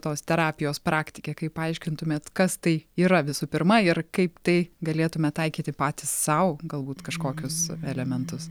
tos terapijos praktikė kaip paaiškintumėt kas tai yra visų pirma ir kaip tai galėtume taikyti patys sau galbūt kažkokius elementus